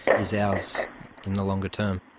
is ours in the longer term.